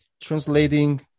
translating